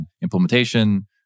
implementation